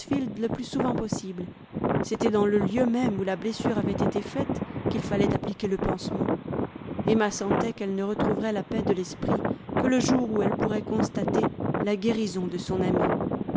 le plus souvent possible c'était dans le lieu même où la blessure avait été faite qu'il fallait appliquer le pansement emma sentait qu'elle ne retrouverait la paix de l'esprit que le jour où elle pourrait constater la guérison de son amie